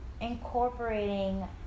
incorporating